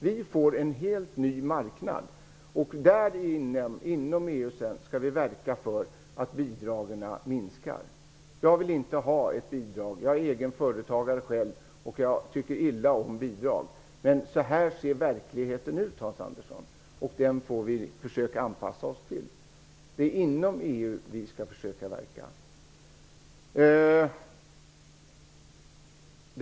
Vi får en helt ny marknad. Inom EU skall vi sedan verka för att bidragen minskar. Jag vill inte ha bidrag. Jag är själv egen företagare, och jag tycker illa om bidrag. Men så här ser verkligheten ut, Hans Andersson, och den får vi försöka anpassa oss till. Det är inom EU vi skall försöka verka.